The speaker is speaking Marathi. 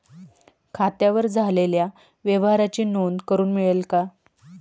खात्यावर झालेल्या व्यवहाराची नोंद करून मिळेल का?